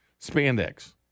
spandex